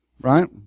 right